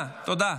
פנינה, תודה.